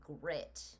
grit